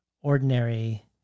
ordinary